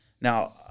Now